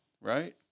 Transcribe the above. Right